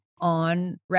on